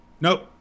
Nope